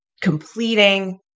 completing